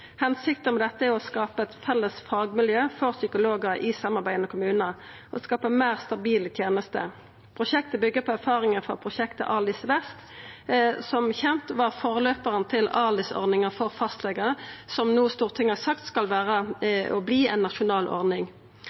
Hensikta med dette er å skapa eit felles fagmiljø for psykologar i samarbeid med kommunane og å skapa meir stabile tenester. Prosjektet byggjer på erfaringar frå prosjektet ALIS-Vest. Det var som kjent forløparen til ALIS-ordninga for fastlegar, som Stortinget no har sagt skal vera – og vert – ei nasjonal ordning.